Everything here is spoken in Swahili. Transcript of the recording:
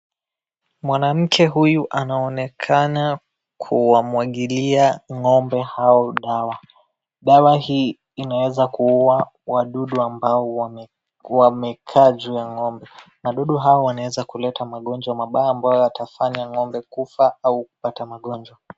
Mwanamke huyu anaonekana kuwamwagilia ngombe hao dawa dawa hii inaweza kuua wadudu ambao wamekaa juu ya ngombe wadudu hao wanaweza kuleta magonjwa mabaya ambayo yatafanya ngombe kufa au kupata magonjwa.